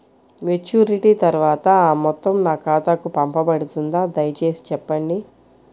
Maturity తర్వాత ఆ మొత్తం నా ఖాతాకు పంపబడుతుందా? దయచేసి చెప్పండి?